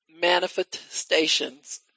manifestations